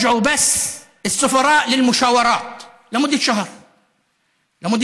היושבת-ראש, אני מבולבל